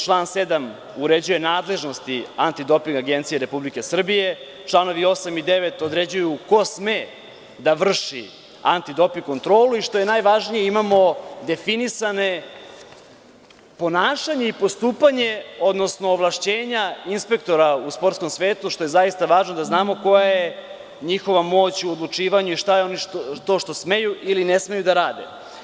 Član 7. uređuje nadležnosti antidoping agencije Republike Srbije, članovi 8. i 9. određuju ko sme da vrši antidoping kontrolu i što je najvažnije imamo definisano ponašanje i postupanje, odnosno ovlašćenja inspektora u sportskom svetu, što je zaista važno da znamo koja je njihova moć u odlučivanju i šta oni to smeju ili ne smeju da rade.